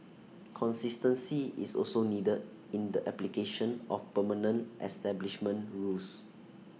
consistency is also needed in the application of permanent establishment rules